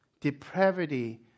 Depravity